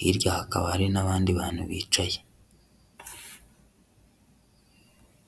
Hirya hakaba hari n'abandi bantu bicaye.